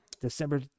December